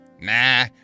Nah